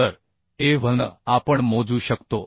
तर a v n आपण मोजू शकतो